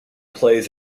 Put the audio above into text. plays